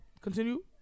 Continue